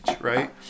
right